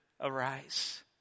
arise